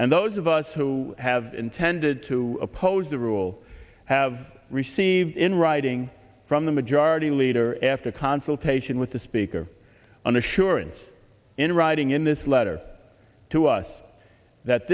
and those of us who have intended to oppose the rule have received in writing from the majority leader after consultation with the speaker on assurance in writing in this letter to us that